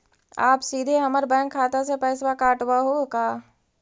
आप सीधे हमर बैंक खाता से पैसवा काटवहु का?